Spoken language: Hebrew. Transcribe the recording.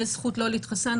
יש זכות לא להתחסן,